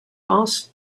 asked